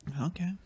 Okay